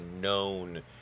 known